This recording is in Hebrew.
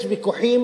יש ויכוחים